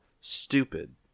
stupid